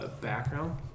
background